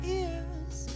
ears